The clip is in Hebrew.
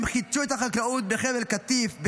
הם חידשו את החקלאות בחבל קטיף,